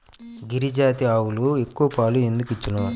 గిరిజాతి ఆవులు ఎక్కువ పాలు ఎందుకు ఇచ్చును?